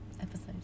episode